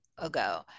ago